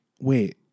wait